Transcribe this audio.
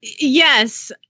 Yes